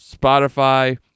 Spotify